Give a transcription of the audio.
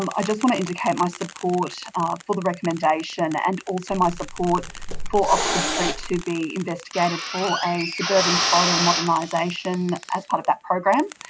um i just want to indicate my support for the recommendation and also my support for oxford street to be investigated for ah a suburban corridor modernisation as part of that program.